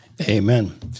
Amen